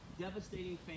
devastating